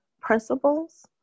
principles